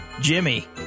Jimmy